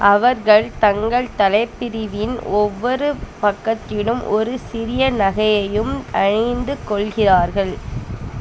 அவர்கள் தங்கள் தலைப்பிரிவின் ஒவ்வொரு பக்கத்திலும் ஒரு சிறிய நகையையும் அணிந்து கொள்கிறார்கள்